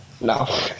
no